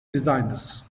designers